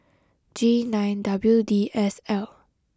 G nine W D S L